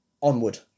onward